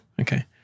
okay